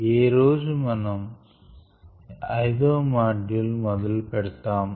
ఏ రోజు మనం 5వ మాడ్యూల్ మొదలు పెడతాము